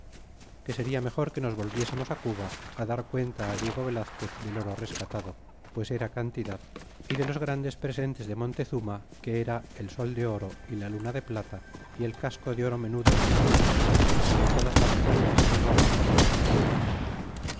que seria mejor que nos volviésemos á cuba á dar cuenta diego velazquez del oro rescatado pues era cantidad y de los grandes presentes de montezuma que era el sol de oro y la luna de plata y el casco de oro menudo de minas y de todas as joyas y ropa por mi referidas